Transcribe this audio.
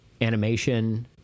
animation